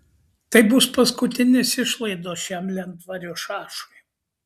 tai bus paskutinės išlaidos šiam lentvario šašui